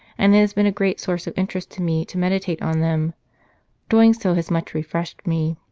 and it has been a great source of interest to me to meditate on them doing so has much refreshed me.